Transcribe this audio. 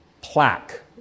plaque